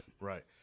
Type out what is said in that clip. right